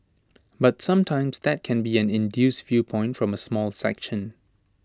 but sometimes that can be an induced viewpoint from A small section